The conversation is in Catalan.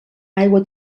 aigua